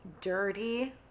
dirty